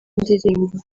ndirimba